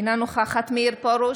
אינה נוכחת מאיר פרוש,